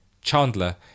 Chandler